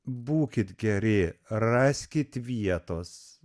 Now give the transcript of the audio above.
būkit geri raskit vietos